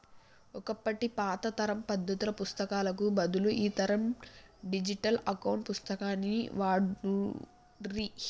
ఒకప్పటి పాత తరం పద్దుల పుస్తకాలకు బదులు ఈ తరం డిజిటల్ అకౌంట్ పుస్తకాన్ని వాడుర్రి